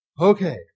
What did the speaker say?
Okay